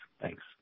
Thanks